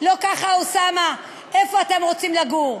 היכנסו אל הארץ הקדושה אשר כתב לכם אללה,